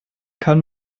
kann